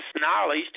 knowledge